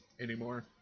anymore